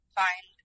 find